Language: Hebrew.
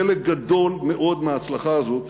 חלק גדול מאוד מההצלחה הזאת